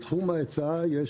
בתחום ההיצע יש